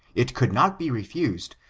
it could not be refused,